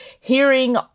hearing